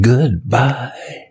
Goodbye